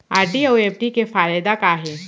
RD अऊ FD के फायेदा का हे?